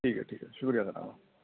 ٹھیک ہے ٹھیک ہے شکریہ جناب